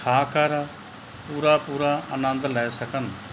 ਖਾ ਕਰ ਪੂਰਾ ਪੂਰਾ ਆਨੰਦ ਲੈ ਸਕਣ